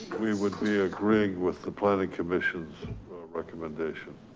we would be agreeing with the planning commission's recommendation.